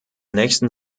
nächsten